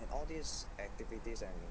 and all these activities and